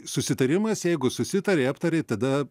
susitarimas jeigu susitarei aptarei tada